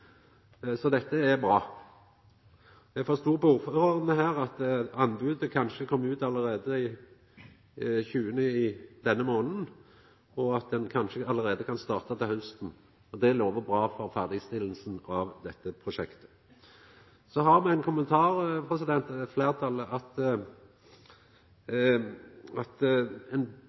så dette er bra! Eg forstod på saksordføraren at anbodet kanskje kom ut allereie den 20. i denne månaden, og at ein kanskje allereie kan starta til hausten. Det lovar bra for ferdigstillinga av dette prosjektet. Så har fleirtalet ein kommentar i innstillinga, og det er at ein